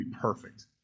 Perfect